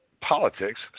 politics